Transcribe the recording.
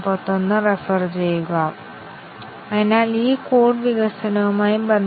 അക്കമിട്ട ഓരോ എഡ്ജ്കൾക്കും ഞങ്ങൾ നോഡുകൾ വരയ്ക്കുന്നു